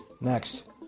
next